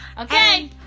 Okay